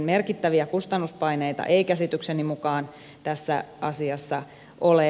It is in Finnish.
merkittäviä kustannuspaineita ei käsitykseni mukaan tässä asiassa ole